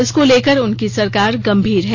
इसको लेकर उनकी सरकार गंभीर है